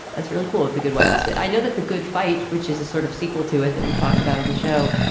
that's really cool. the good wife is good. i know that the good fight, which is a sort of sequel to it that we've talked about on the show,